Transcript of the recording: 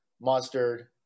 mustard